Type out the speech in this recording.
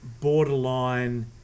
borderline